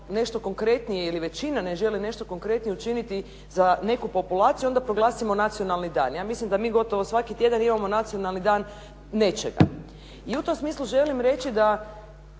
nešto konkretnije ili većina ne želi nešto konkretnije učiniti za neku populaciju, onda proglasimo nacionalni dan. Ja mislim da mi gotovo svaki tjedan imamo nacionalni dan nečega. I u tom smislu želim reći da,